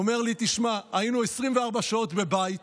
הוא אומר לי: תשמע, היינו 24 שעות בבית.